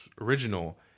original